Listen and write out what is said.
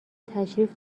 تشریف